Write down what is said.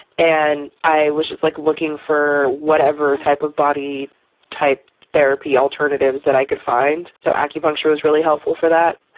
and i was just like looking for whatever type of body type therapy alternatives that i could find so acupuncture was really helpful for that.